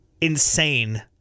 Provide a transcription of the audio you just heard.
insane